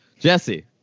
Jesse